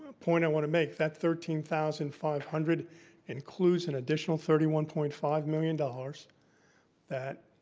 point i want to make, that thirteen thousand five hundred includes an additional thirty one point five million dollars that